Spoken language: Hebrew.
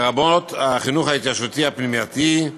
לרבות החינוך ההתיישבותי הפנימייתי,